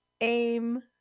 aim